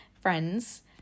friends